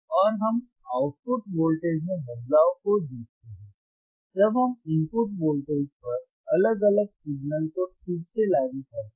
और हम output voltage में बदलाव को देखते हैं जब हम इनपुट वोल्टेज पर अलग अलग सिग्नल को ठीक से लागू करते हैं